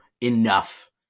enough